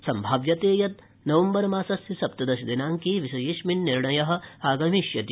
सम्भाव्यते यत् नवम्बर मासस्य सप्नदश दिनांके विषयेऽस्मिन् निर्णयः आगमिष्यति